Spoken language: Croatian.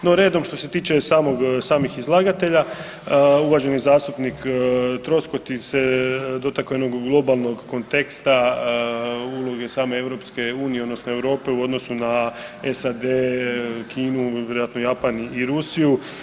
No redom što se tiče samog, samih izlagatelja, uvaženi zastupnik Troskot se dotakao jednog globalnog konteksta, uloge same EU odnosno Europe u odnosu na SAD, Kinu, vjerojatno Japan i Rusiju.